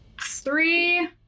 three